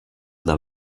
del